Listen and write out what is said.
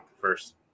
first